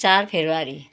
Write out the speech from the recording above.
चार फेब्रुअरी